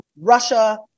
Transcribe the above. Russia